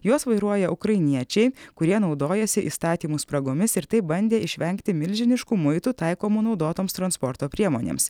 juos vairuoja ukrainiečiai kurie naudojasi įstatymų spragomis ir taip bandė išvengti milžiniškų muitų taikomų naudotoms transporto priemonėms